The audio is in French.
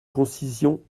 concision